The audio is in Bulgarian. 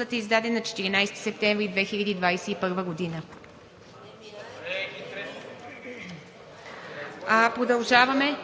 е издаден на 14 септември 2021 г. Продължаваме.